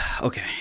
okay